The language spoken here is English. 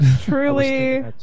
truly